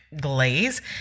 glaze